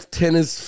tennis